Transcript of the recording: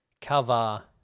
cover